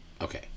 okay